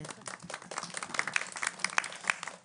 לרגל חודש המודעות ובריאות